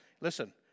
Listen